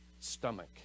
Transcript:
stomach